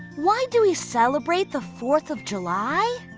why do we celebrate the fourth of july?